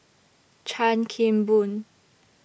Chan Kim Boon